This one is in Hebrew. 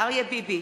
אריה ביבי,